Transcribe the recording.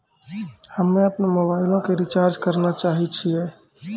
हम्मे अपनो मोबाइलो के रिचार्ज करना चाहै छिये